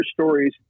stories